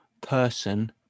person